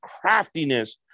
craftiness